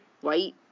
white